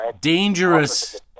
Dangerous